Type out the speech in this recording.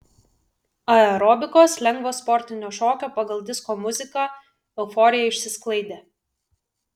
aerobikos lengvo sportinio šokio pagal disko muziką euforija išsisklaidė